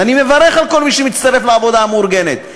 ואני מברך על כל מי שמצטרף לעבודה המאורגנת.